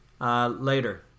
later